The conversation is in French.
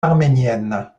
arménienne